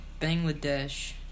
Bangladesh